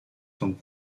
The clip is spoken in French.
sont